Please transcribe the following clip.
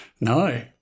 No